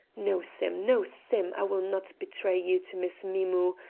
no, sim no, sim i will not betray you to miss mim-mou',